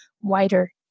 wider